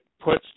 puts